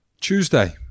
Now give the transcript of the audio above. Tuesday